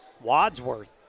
Wadsworth